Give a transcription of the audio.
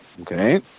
okay